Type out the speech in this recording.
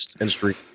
industry